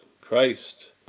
Christ